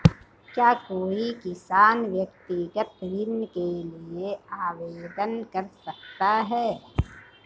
क्या कोई किसान व्यक्तिगत ऋण के लिए आवेदन कर सकता है?